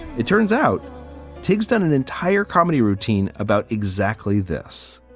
it turns out tiggs down an entire comedy routine about exactly this,